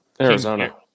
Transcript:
Arizona